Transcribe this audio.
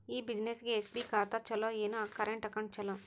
ಈ ಬ್ಯುಸಿನೆಸ್ಗೆ ಎಸ್.ಬಿ ಖಾತ ಚಲೋ ಏನು, ಕರೆಂಟ್ ಅಕೌಂಟ್ ಚಲೋ?